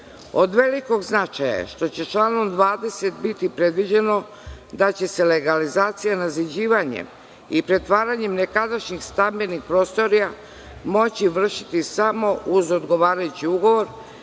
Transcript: velikog značaja je što će članom 20. biti predviđeno da će se legalizacija nadziđivanjem i pretvaranjem nekadašnjih stambenih prostorija moći vršiti samo uz odgovarajući ugovor,